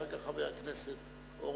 אחר כך חבר הכנסת אורון,